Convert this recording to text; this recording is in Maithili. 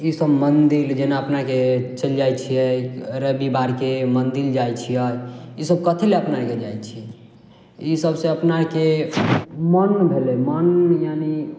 ई सब मन्दिर जेना अपनाके चल जाइ छियै रबिबारके मन्दिर जाइ छियै ई सब कथी लए अपनाके जाइ छियै ई सबसे अपनाके मन भेलै मन यानि